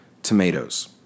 tomatoes